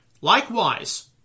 Likewise